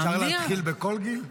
אה, אפשר להתחיל בכל גיל?